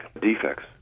defects